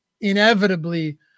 inevitably